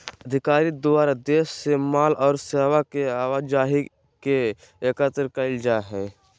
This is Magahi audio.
अधिकारी द्वारा देश से माल और सेवा के आवाजाही ले एकत्र कइल जा हइ